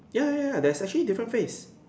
ya ya ya there are actually different phase